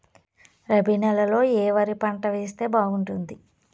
రబి నెలలో ఏ వరి పంట వేస్తే బాగుంటుంది